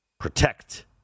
Protect